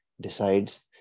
decides